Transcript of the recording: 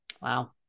Wow